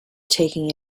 taking